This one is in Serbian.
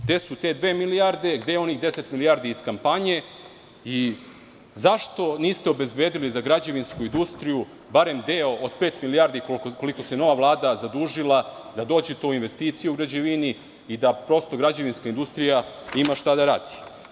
Gde su te dve milijarde, gde je onih 10 milijardi iz kampanje i zašto niste obezbedili za građevinsku industriju barem deo od pet milijardi koliko se nova vlada zadužila za investicije u građevini i da prosto građevinska industrija ima šta da radi?